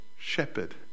Shepherd